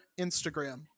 Instagram